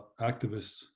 activists